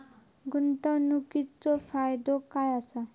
गुंतवणीचो फायदो काय असा?